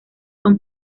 son